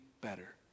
better